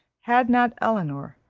had not elinor,